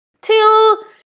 till